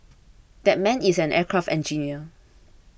that man is an aircraft engineer